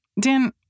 Dan